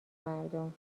مردم